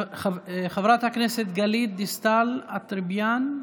חברת הכנסת גלית דיסטל אטבריאן,